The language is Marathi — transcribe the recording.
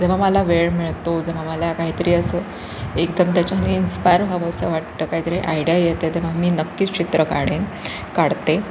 जेव्हा मला वेळ मिळतो जेव्हा मला काही तरी असं एकदम त्याच्याने इन्स्पायर व्हावसं वाटतं काय तरी आयडिया येत आहे तेव्हा मी नक्कीच चित्र काढेन काढते